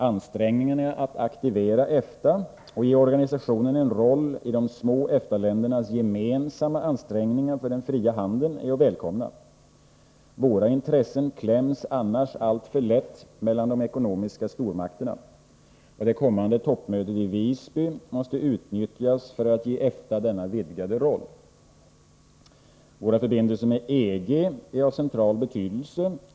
Ansträngningarna att aktivera EFTA och ge organisationen en roll i de små EFTA-ländernas gemensamma ansträngningar för den fria handeln är att välkomna. Våra intressen kläms annars alltför lätt mellan de ekonomiska stormakterna. Det kommande toppmötet i Visby måste utnyttjas för att ge EFTA denna vidgade roll. Våra förbindelser med EG är av central betydelse.